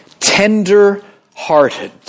Tender-hearted